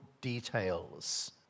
details